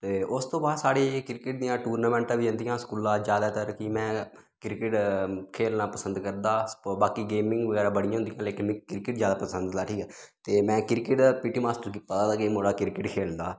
ते उस तो बाद साढ़े क्रिकेट दियां टूर्नामेंटां बी जंदियां स्कूला ज्यादातर कि में क्रिकेट खेलना पसंद करदा हा बाकी गेमिंग बगैरा बड़ियां होंदियां हियां लेकिन मिकी क्रिकेट ज्यादा पसंद हा ठीक ऐ ते मेंक्रिकेट पी टी मास्टर गी पता लग्गेआ कि मुड़ा क्रिकेट खेलदा